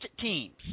teams